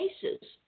cases